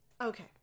Okay